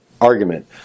argument